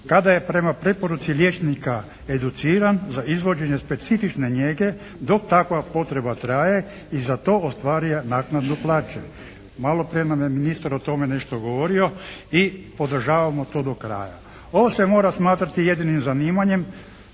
kada je prema preporuci liječnika educiran za izvođenje specifične njege dok takva potreba traje i za to ostvaruje naknadu plaće. Maloprije je o tome nešto ministar govorio i podržavamo to do kraja. Ovo se mora smatrati jedinim zanimanjem.